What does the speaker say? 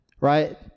right